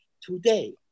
today